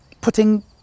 putting